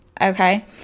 okay